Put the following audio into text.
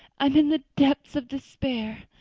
i'm in the depths of despair.